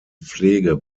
pflege